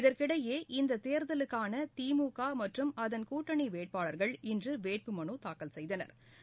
இதற்கிடையே இந்ததேர்தலுக்கானதிமுகமற்றும் கூட்டணிவேட்பாளர்கள் அதன் இன்றுவேட்புமனுதாக்கல் செய்தனா்